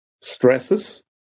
stresses